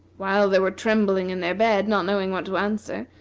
while they were trembling in their bed, not knowing what to answer,